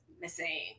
missing